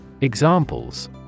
Examples